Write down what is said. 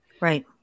Right